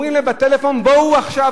אומרים להם בטלפון: בואו עכשיו,